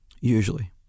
Usually